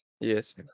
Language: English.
yes